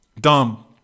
Dumb